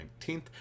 19th